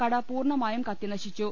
കട പൂർണമായും ക ത്തിനശിച്ചു